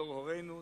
דור הורינו,